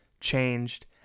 changed